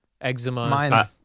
Eczema